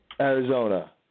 Arizona